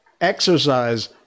exercise